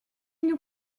nous